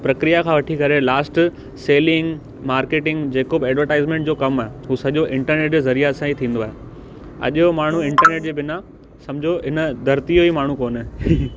प्रक्रिया खां वठी करे लास्ट सेलींग मार्केटींग जेको बि एड्वरटाइज़मैंट जो कमु आहे हू सॼो इंटरनेट जे ज़रिया सां ई थींदो आहे अॼ जो माण्हू इंटरनेट जे बिना सम्झो इन धरतीअ जो ई माण्हू कोन्हे